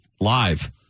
live